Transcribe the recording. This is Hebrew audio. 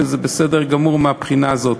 וזה בסדר גמור מהבחינה הזאת,